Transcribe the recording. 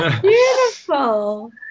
Beautiful